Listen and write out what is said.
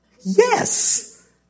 Yes